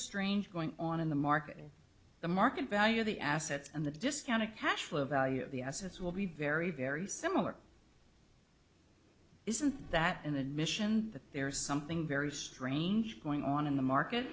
strange going on in the market the market value of the assets and the discounted cash value of the assets will be very very similar isn't that an admission that there's something very strange going on in the market